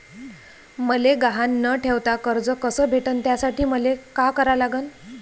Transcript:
मले गहान न ठेवता कर्ज कस भेटन त्यासाठी मले का करा लागन?